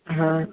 ہاں